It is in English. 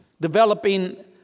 developing